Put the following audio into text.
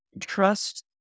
Trust